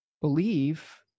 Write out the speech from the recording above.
Believe